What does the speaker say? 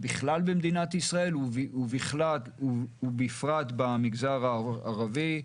בכלל במדינת ישראל, ובפרט במגזר הערבי.